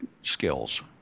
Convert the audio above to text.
skills